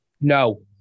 No